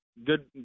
Good